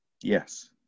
Yes